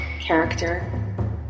character